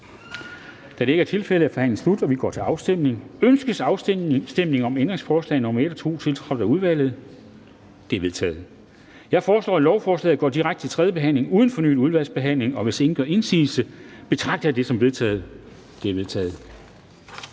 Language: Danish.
Kl. 14:08 Afstemning Formanden (Henrik Dam Kristensen): Ønskes afstemning om ændringsforslag nr. 1 og 2, tiltrådt af udvalget? De er vedtaget. Jeg foreslår, at lovforslaget går direkte til tredje behandling uden fornyet udvalgsbehandling. Hvis ingen gør indsigelse, betragter jeg det som vedtaget. Det er vedtaget.